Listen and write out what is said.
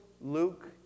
Luke